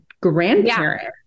grandparent